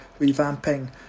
revamping